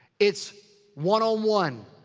it's one on one.